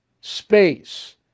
space